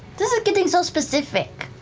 getting so specific.